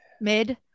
mid